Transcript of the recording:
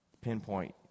pinpoint